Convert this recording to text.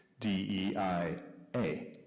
DEIA